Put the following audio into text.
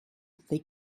they